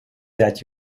that